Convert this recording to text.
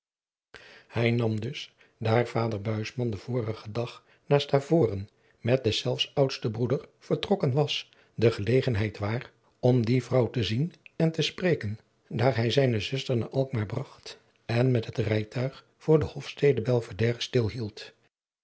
hij nam dus daar vader buisman den vorigen dag naar stavoren met deszelfs oudsten broeder vertrokken was de gelegenheid waar om die vrouw te zien en te spreken daar hij zijne zuster naar alkmaar bragt en met het rijtuig voor de hofstede belvedere stil hield